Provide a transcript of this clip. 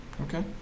Okay